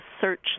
search